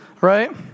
right